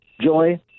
joy